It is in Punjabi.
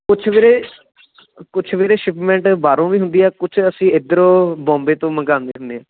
ਕੁਛ ਵੀਰੇ ਕੁਛ ਸ਼ਿਪਮੈਂਟ ਬਾਹਰੋਂ ਵੀ ਹੁੰਦੀ ਹੈ ਕੁਛ ਅਸੀਂ ਇੱਧਰੋਂ ਬੌਂਬੇ ਤੋਂ ਮੰਗਾਉਂਦੇ ਹੁੰਦੇ ਹਾਂ